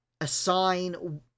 assign